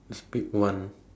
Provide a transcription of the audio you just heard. just pick one